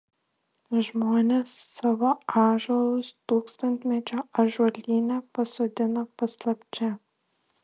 žmonės savo ąžuolus tūkstantmečio ąžuolyne pasodina paslapčia